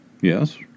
Yes